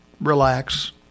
relax